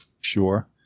sure